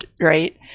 right